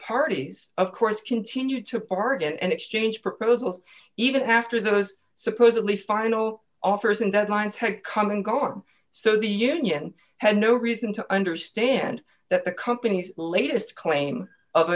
parties of course continued to bargain and exchange proposals even after those supposedly final offers and that lines had come and gone so the union had no reason to understand that the company's latest claim of